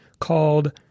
called